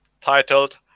titled